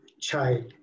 child